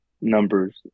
numbers